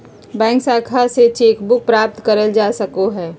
bank शाखा से cheque book प्राप्त करल जा सको हय